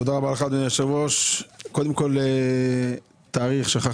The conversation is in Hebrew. תודה רבה לך, אדוני היושב-ראש, מי ששומע